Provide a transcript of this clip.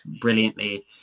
brilliantly